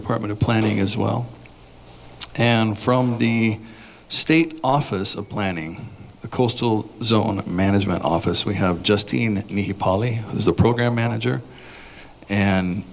department of planning as well and from the state office of planning the coastal zone management office we have just seen me polly who is the program manager and